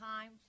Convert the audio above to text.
time